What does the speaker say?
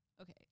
okay